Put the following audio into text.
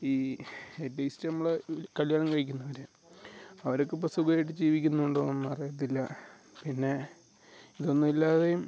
ഈ എറ്റ്ലീസ്റ്റ് നമ്മള് ഇൽ കല്ല്യാണം കഴിക്കുന്നവർ അവർക്ക് ഇപ്പം സുഖമായിട്ട് ജീവിക്കുന്നുണ്ടോ ഒന്നും അറിയത്തില്ല പിന്നെ ഇതൊന്നും ഇല്ലാതെയും